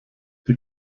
die